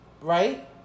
right